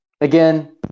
again